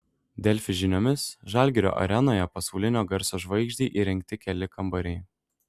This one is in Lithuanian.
delfi žiniomis žalgirio arenoje pasaulinio garso žvaigždei įrengti keli kambariai